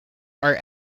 are